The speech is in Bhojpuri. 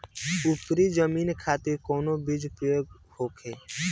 उपरी जमीन खातिर कौन बीज उपयोग होखे?